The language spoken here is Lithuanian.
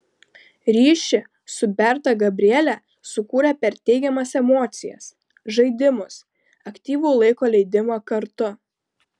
ryšį su berta gabrielė sukūrė per teigiamas emocijas žaidimus aktyvų laiko leidimą kartu